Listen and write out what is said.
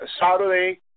Saturday